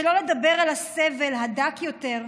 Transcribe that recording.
שלא לדבר על הסבל הדק יותר,